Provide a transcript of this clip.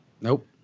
Nope